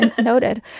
noted